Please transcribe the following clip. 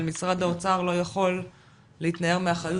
אבל משרד האוצר לא יכול להתנער מאחריות